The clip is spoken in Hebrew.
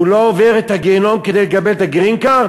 הוא לא עובר את הגיהינום כדי לקבל את ה"גרין קארד"?